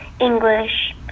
english